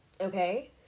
okay